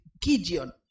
Gideon